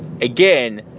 again